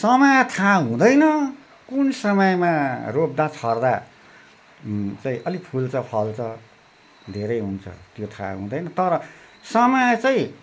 समय थाहा हुँदैन कुन समयमा रोप्दा छर्दा चाहिँ अलिक फुल्छ फल्छ धेरै हुन्छ त्यो थाहा हुँदैन तर समय चाहिँ